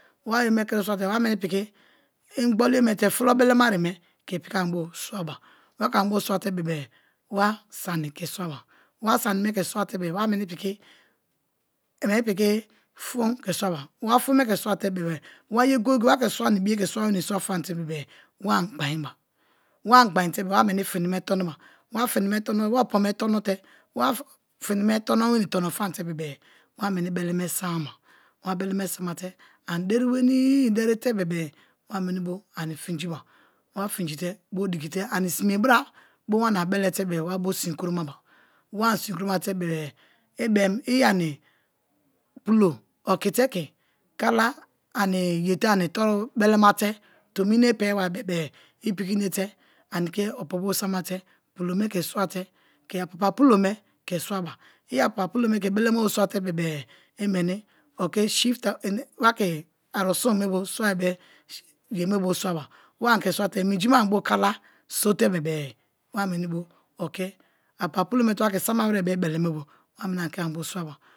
Wa ayo me kini swate-e wa meni piki, ingboli ye me te fulo belema ne me ke piki ani bo swaba, wa ke anibo swate-bebe-e wa sani ke swaba, wa sani me ke swate-e be-e wa weni piki meni piki fun ke swaba, wa fume ke swate bebe-e wa ye goye-goye wa ke sua na ibiye ke swa famte bebe-e wa ani gbain ba, wa ani gbain te bebe-e wa meni fini me tonoba, wa fini me tono wenii tono famate bebe-e wa meni beleme samaba wa beleme samate ani deri wenii derite bebe-e wa meni bo ani finjiba wa finjite bo diki te ani sime bra bo wana belete-e wa bo sin kromaba, wa ani sinkromate be-e, i beem i ani pulo okite ke ani ye te ani toru belemate tomi ene pei-ba bebe-e i piki inete ani ke opo bo samate pulo me ke swaba, i apapa pulo me ke beleme bo swate bebe-e i meni wa ke arusun me bo swa ibe ye me bio swaba wa ani ke swate minji me bo kala sote bebe-e ewa meni bo oke apapa pulo me te wa ke sama were bo beleme bo, wa me ani ke ani bio swaba.